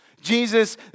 Jesus